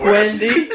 Wendy